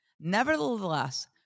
Nevertheless